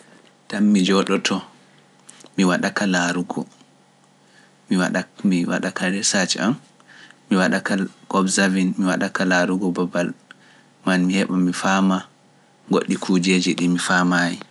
Tami mi jooɗoto, mi waɗaka laarugo, mi waɗaka resaaji am, mi waɗaka koob zawin, mi waɗaka laarugo boobal, maa mi heɓa mi faama goɗɗi kuujeji ɗi mi faamayi.